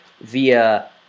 via